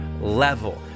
level